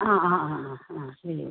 ആ ആ ആ ആ ആ ശരി എന്നാൽ